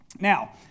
Now